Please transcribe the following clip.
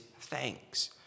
thanks